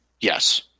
yes